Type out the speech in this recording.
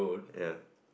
ya